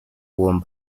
worn